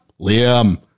liam